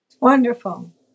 Wonderful